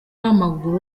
w’amaguru